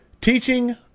Teaching